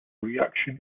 reaction